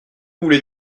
voulais